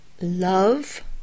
love